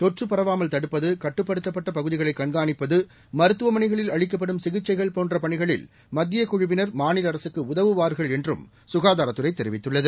தொற்று பரவாமல் தடுப்பது கண்காணிப்பது மருத்துவமனைகளில் அளிக்கப்படும் சிகிச்சைகள் போன்ற பணிகளில் மத்தியக் குழுவினர் மாநில அரசுக்கு உதவுவார்கள் என்றும் சுகாதாரத் துறை தெரிவித்துள்ளது